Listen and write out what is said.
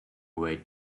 way